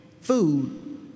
food